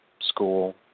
school